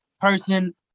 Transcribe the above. person